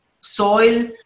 soil